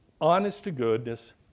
honest-to-goodness